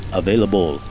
available